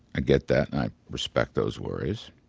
i get that and i respect those worries.